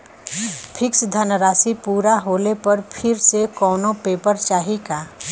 Fix धनराशी पूरा होले पर फिर से कौनो पेपर चाही का?